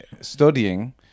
studying